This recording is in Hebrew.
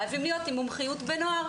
חייבים להיות עם מומחיות בנוער.